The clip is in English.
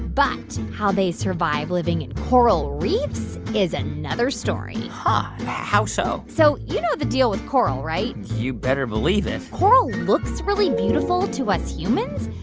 but how they survive living in coral reefs is another story? huh. how so? so you know the deal with coral, right? you better believe it coral looks really beautiful to us humans.